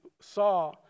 saw